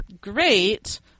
great